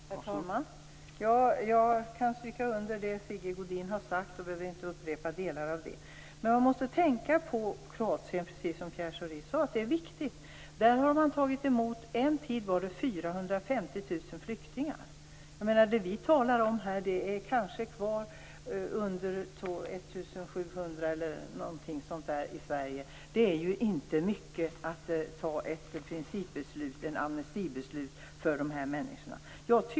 Herr talman! Jag kan stryka under vad Sigge Godin har sagt. Jag behöver inte upprepa det. Precis som Pierre Schori sade, är det viktigt att tänka på att Kroatien har tagit emot 450 000 flyktingar. Vi talar om färre än 1 700 i Sverige. Det är inte mycket att fatta ett amnestibeslut för dessa människor.